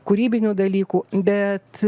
kūrybinių dalykų bet